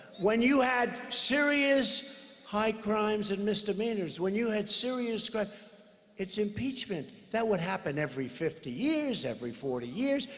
when you had serious high crimes and misdemeanors. when you had serious crimes it's impeachment. that would happen every fifty years, every forty years,